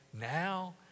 now